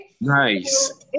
Nice